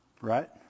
Right